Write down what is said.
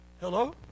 Hello